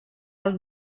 alt